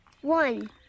One